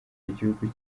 igihugu